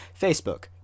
Facebook